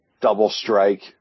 double-strike